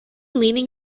leaning